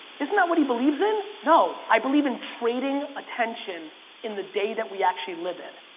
isn't that what he believes in? no, i believe in trading attention in the day that we actually live in.